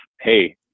Hey